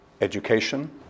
education